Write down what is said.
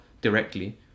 directly